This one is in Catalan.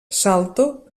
salto